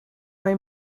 mae